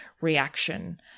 reaction